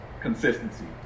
consistency